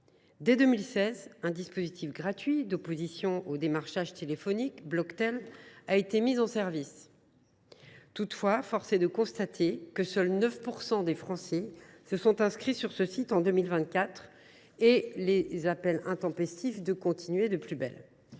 Dès 2016, un dispositif gratuit d’opposition au démarchage téléphonique – Bloctel – a été mis en service. Toutefois, force est de constater que seuls 9 % des Français sont inscrits sur cette plateforme en 2024 et que les appels intempestifs continuent de plus belle…